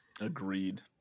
Agreed